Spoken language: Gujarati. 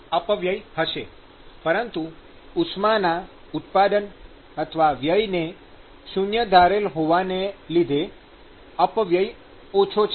હા અપવ્યય થશે પરંતુ ઉષ્માના ઉત્પાદનવ્યયને શૂન્ય ધારેલ હોવાને લીધે અપવ્યય ઓછો છે